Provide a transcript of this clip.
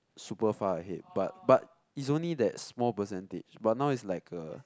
super far ahead but but it's only that small percentage but now it's like a